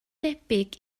debyg